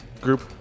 Group